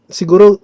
siguro